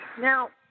Now